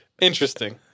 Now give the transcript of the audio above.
Interesting